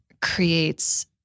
creates